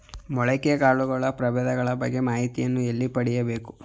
ಮೊಳಕೆ ಕಾಳುಗಳ ಪ್ರಭೇದಗಳ ಬಗ್ಗೆ ಮಾಹಿತಿಯನ್ನು ಎಲ್ಲಿ ಪಡೆಯಬೇಕು?